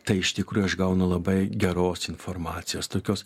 tai iš tikrųjų aš gaunu labai geros informacijos tokios